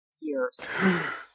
years